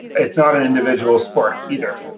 it's not an individual sport either.